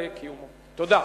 תודה.